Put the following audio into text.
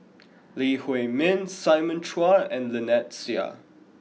Lee Huei Min Simon Chua and Lynnette Seah